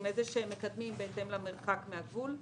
עם איזשהם מקדמים בהתאם למרחק מן הגבול.